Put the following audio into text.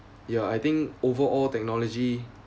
ya I think overall technology